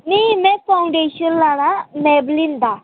नेईं में फाउंडेशन लाए दा में मैवलीन दा